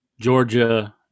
Georgia